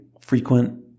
frequent